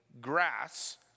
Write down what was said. grass